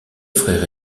frère